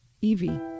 Evie